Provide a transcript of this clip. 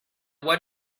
what